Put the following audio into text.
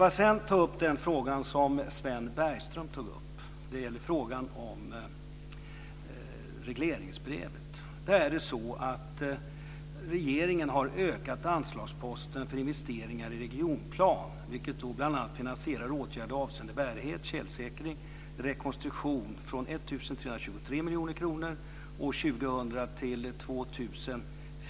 Får jag sedan ta upp den fråga som Sven Bergström tog upp. Det gällde frågan om regleringsbrevet. 2001, dvs. en ökning med 50 %.